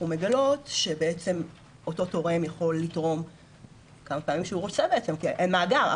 מגלות שבעצם אותו תורם יכול לתרום כמה פעמים שהוא רוצה כי אין מאגר,